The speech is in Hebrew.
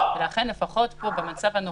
ולכן במצב הנוכחי,